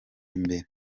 imbere